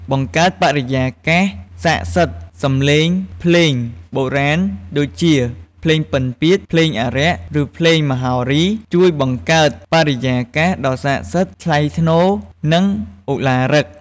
បង្កើតបរិយាកាសស័ក្ដិសិទ្ធិ សំឡេងភ្លេងបុរាណដូចជា ភ្លេងពិណពាទ្យ ភ្លេងអារក្ស ឬភ្លេងមហោរី ជួយបង្កើតបរិយាកាសដ៏ស័ក្ដិសិទ្ធិ ថ្លៃថ្នូរ និងឱឡារិក។